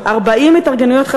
התארגנויות,